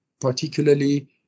particularly